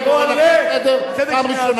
אני קורא אותך לסדר פעם ראשונה.